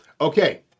Okay